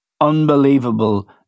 unbelievable